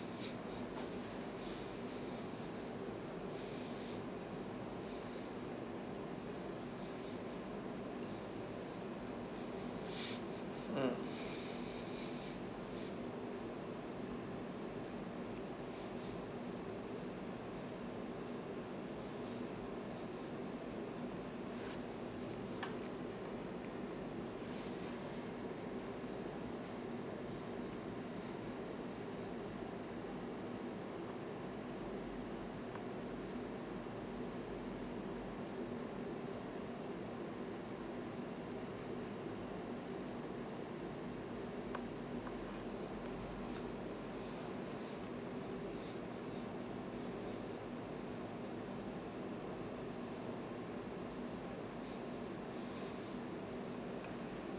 mm